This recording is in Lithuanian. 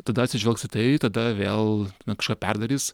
tada atsižvelgs į tai tada vėl na kažką perdarys